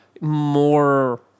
more